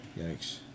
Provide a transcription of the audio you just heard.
Yikes